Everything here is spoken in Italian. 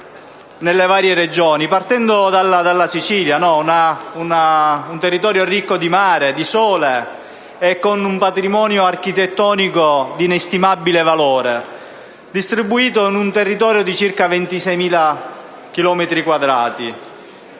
nelle varie Regioni): la Sicilia, un territorio ricco di mare, di sole e con un patrimonio architettonico di inestimabile valore distribuito in un'area di circa 26.000